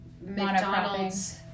McDonald's